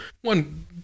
one